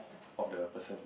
of the person